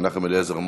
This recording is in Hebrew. מנחם אליעזר מוזס?